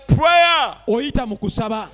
prayer